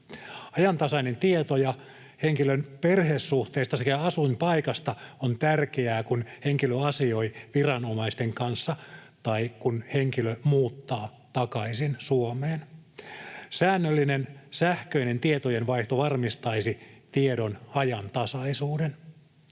Ajantasainen tieto henkilön perhesuhteista sekä asuinpaikasta on tärkeää, kun henkilö asioi viranomaisten kanssa tai kun henkilö muuttaa takaisin Suomeen. Säännöllinen sähköinen tietojenvaihto varmistaisi tiedon ajantasaisuuden.